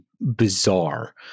bizarre